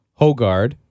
Hogard